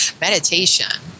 meditation